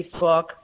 Facebook